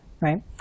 right